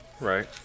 right